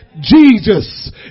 Jesus